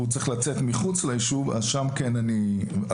והוא צריך לצאת מחוץ ליישוב שם אני כן משתתף.